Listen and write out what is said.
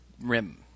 rim